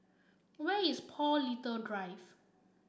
where is Paul Little Drive